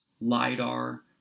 lidar